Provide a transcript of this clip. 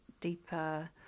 deeper